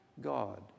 God